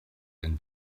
and